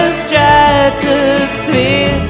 stratosphere